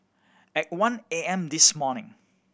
at one A M this morning